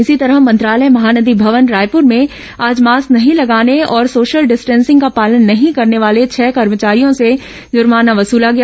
इसी तरह मंत्रालय महानदी भवन रायपुर में आज मास्क नहीं लगाने और सोशल डिस्टेसिंग का पालन नहीं करने वाले छह कर्मचारियों से जर्माना वसला गया